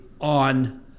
on